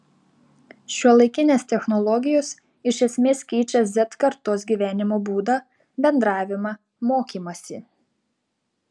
šiuolaikinės technologijos iš esmės keičia z kartos gyvenimo būdą bendravimą mokymąsi